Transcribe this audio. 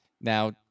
now